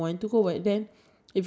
do you have any make up tips